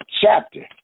chapter